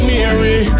Mary